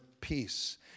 peace